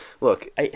look